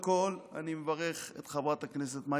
אני מברך את חברת הכנסת מאי גולן על